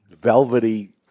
Velvety-